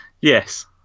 Yes